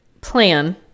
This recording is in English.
plan